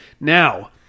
Now